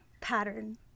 pattern